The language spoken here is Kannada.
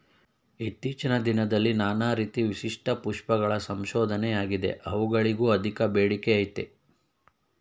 ಇತ್ತೀಚಿನ ದಿನದಲ್ಲಿ ನಾನಾ ರೀತಿ ವಿಶಿಷ್ಟ ಪುಷ್ಪಗಳ ಸಂಶೋಧನೆಯಾಗಿದೆ ಅವುಗಳಿಗೂ ಅಧಿಕ ಬೇಡಿಕೆಅಯ್ತೆ